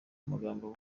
amagambo